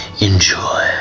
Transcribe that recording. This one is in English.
Enjoy